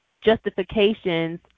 justifications